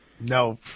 No